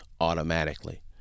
automatically